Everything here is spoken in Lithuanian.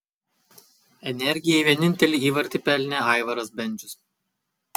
energijai vienintelį įvartį pelnė aivaras bendžius